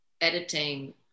editing